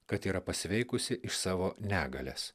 kad yra pasveikusi iš savo negalės